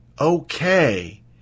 okay